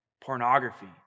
pornography